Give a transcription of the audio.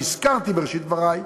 שהזכרתי בראשית דברי,